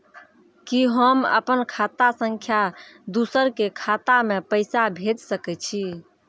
कि होम अपन खाता सं दूसर के खाता मे पैसा भेज सकै छी?